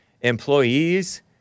employees